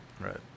Right